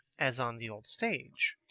as on the old stage,